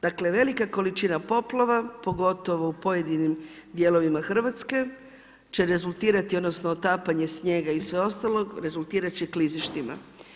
Dakle, velika količina poplava, pogotovo u pojedinim dijelovima RH će rezultirati, odnosno otapanje snijega i sveg ostalog, rezultirati će klizištima.